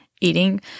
eating